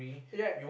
right